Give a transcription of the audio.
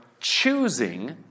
choosing